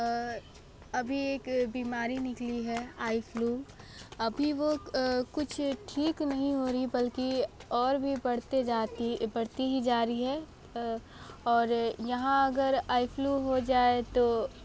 अभी एक बीमारी निकली है आई फ्लू अभी वह कुछ ठीक नहीं हो रही बल्कि और भी बढ़ते जाती है बढ़ती ही जा रही है और यहाँ अगर आई फ्लू हो जाए तो